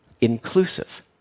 inclusive